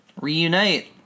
reunite